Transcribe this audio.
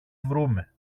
βρούμε